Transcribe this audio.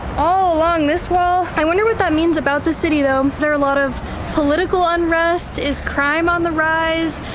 all along this wall. i wonder what that means about the city though. is there a lot of political unrest? is crime on the rise?